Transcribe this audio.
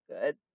good